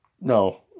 No